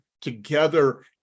together